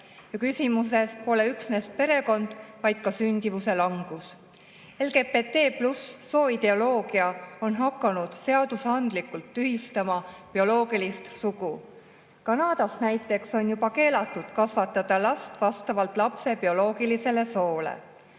Küsimuse all pole üksnes perekond, vaid ka sündimuse langus. LGBT+ sooideoloogia on hakanud seadusandlikult tühistama bioloogilist sugu. Näiteks Kanadas on juba keelatud kasvatada last vastavalt lapse bioloogilisele soole.